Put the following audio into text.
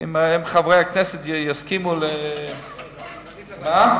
אם חברי הכנסת יסכימו, למציע.